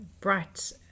bright